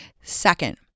Second